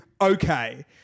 Okay